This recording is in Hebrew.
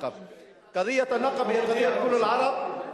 תוכנית-פראוור,